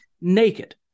naked